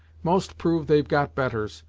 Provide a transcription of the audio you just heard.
most prove they've got betters,